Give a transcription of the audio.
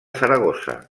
saragossa